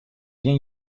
gjin